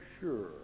sure